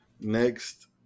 Next